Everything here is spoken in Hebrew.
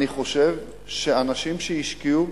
אני חושב שאנשים שהשקיעו,